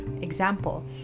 Example